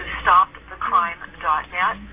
stopthecrime.net